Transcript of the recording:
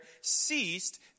ceased